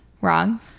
Wrong